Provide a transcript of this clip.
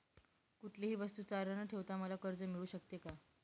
कुठलीही वस्तू तारण न ठेवता मला कर्ज मिळू शकते का?